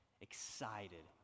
excited